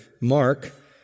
Mark